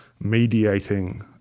mediating